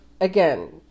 again